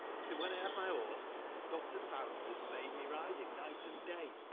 so, when i had my horse, doctor faustus bad me ride him night and day,